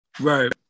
Right